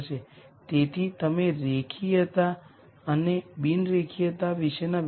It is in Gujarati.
ચાલો હવે નીચે બતાવેલ અન્ય બે આઇગન વેક્ટર તપાસીએ